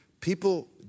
people